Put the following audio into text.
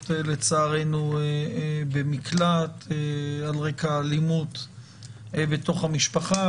שנמצאות לצערנו במקלט על רקע אלימות בתוך המשפחה,